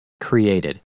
created